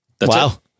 Wow